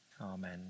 amen